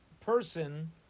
person